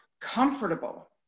comfortable